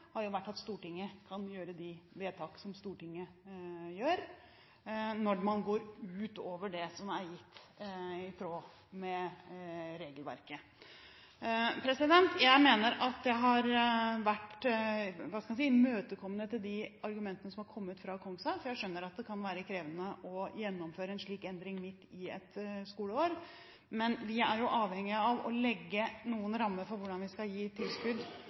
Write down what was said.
at Stortinget kan gjøre de vedtak som Stortinget gjør, når man går ut over det som er gitt i tråd med regelverket. Jeg mener at jeg har vært imøtekommende overfor de argumentene som er kommet fra Kongshaug, for jeg skjønner at det kan være krevende å gjennomføre en slik endring midt i et skoleår. Men vi er avhengige av å legge noen rammer for hvordan vi skal gi tilskudd